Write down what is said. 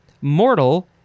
Mortal